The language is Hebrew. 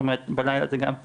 זאת אומרת, בלילה זה גם להסתובב,